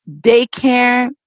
daycare